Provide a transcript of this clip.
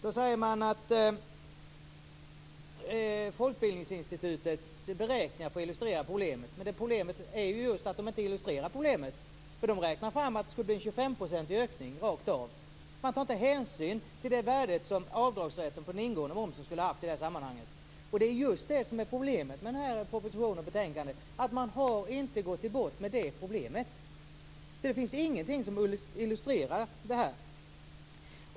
Då säger man att Folkbildningsinstitutets beräkningar får illustrera problemet. Men problemet är just att de inte gör det, för där räknas fram en 25-procentig ökning rakt av. Hänsyn tas inte till det värde som avdragsrätten avseende den ingående momsen skulle ha haft i sammanhanget. Dilemmat med propositionen och betänkandet är just att man inte har gått till botten med det här problemet. Det finns ingenting som illustrerar detta.